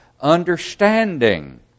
understanding